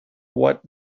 what